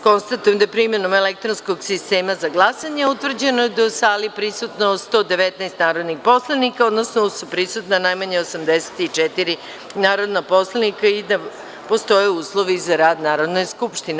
Konstatujem da je primenom elektronskog sistema za glasanje utvrđeno da je u sali prisutno 119 narodna poslanika, odnosno da je prisutno najmanje 84 narodna poslanika i da postoje uslovi za rad Narodne skupštine.